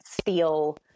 steel